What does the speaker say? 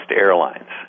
Airlines